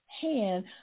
hand